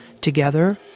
Together